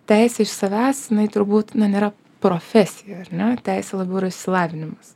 teisė iš savęs jinai turbūt na nėra profesija ar ne teisė labiau yra išsilavinimas